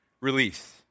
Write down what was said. release